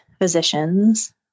physicians